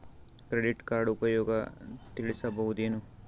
Credit card ಉಪಯೋಗ ತಿಳಸಬಹುದೇನು?